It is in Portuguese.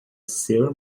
ser